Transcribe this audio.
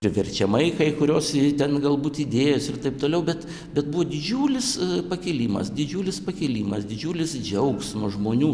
priverčiamai kai kurios i ten galbūt idėjos ir taip toliau bet bet buvo didžiulis pakilimas didžiulis pakilimas didžiulis džiaugsmas žmonių